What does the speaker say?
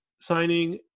signing